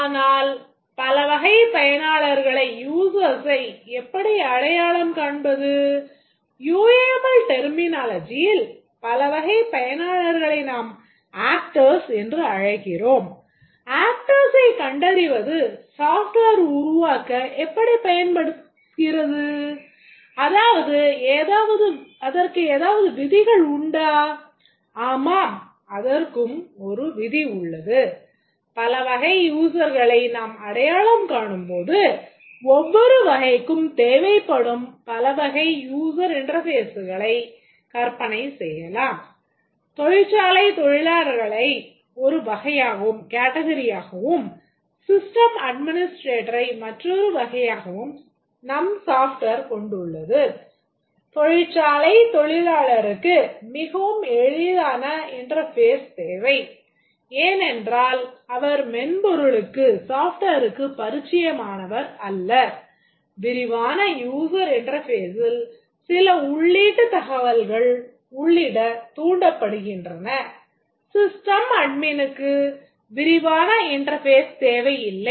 ஆனால் பலவகைப் பயனாளர்களை தேவை இல்லை